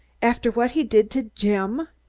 after what he did to jim?